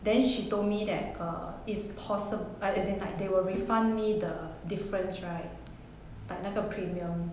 then she told me that err it's possib~ uh as in like they will refund me the difference right like 那个 premium